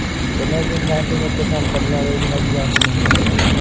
विनय के खाते में किसान कल्याण योजना की राशि नहीं आई है